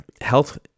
health